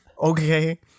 Okay